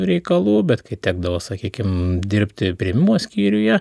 reikalų bet kai tekdavo sakykim dirbti priėmimo skyriuje